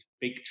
big